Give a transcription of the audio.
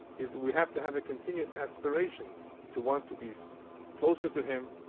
is we have to have a continuous aspiration to want to be closer to him,